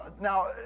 Now